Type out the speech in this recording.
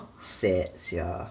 sad sia